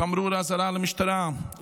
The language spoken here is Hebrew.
תמרור אזהרה למשטרה,